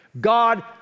God